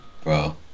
Bro